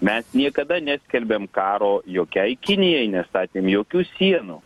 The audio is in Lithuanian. mes niekada neskelbėm karo jokiai kinijai nestatėm jokių sienų